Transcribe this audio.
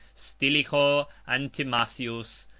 stilicho and timasius,